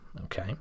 okay